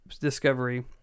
discovery